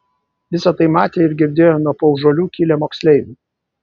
visa tai matė ir girdėjo nuo paužuolių kilę moksleiviai